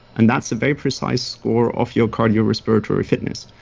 and that's a very precise score off your cardiorespiratory fitness.